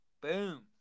boom